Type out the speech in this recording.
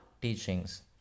teachings